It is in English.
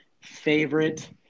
favorite